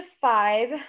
five